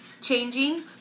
changing